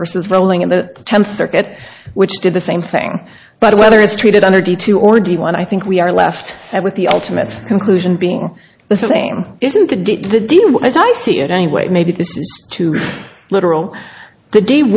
versus rolling in the tenth circuit which did the same thing but whether it's treated under d two or d one i think we are left with the ultimate conclusion being the same isn't the did the deal as i see it anyway maybe this is too literal the d